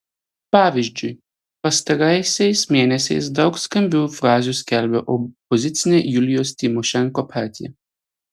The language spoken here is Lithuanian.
pavyzdžiui pastaraisiais mėnesiais daug skambių frazių skelbia opozicinė julijos tymošenko partija